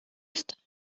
ist